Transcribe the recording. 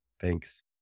Thanks